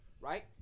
right